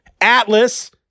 Atlas